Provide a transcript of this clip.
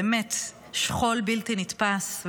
באמת, שכול בלתי נתפס.